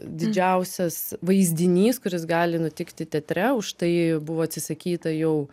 didžiausias vaizdinys kuris gali nutikti teatre už tai buvo atsisakyta jau